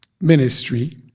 ministry